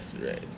Right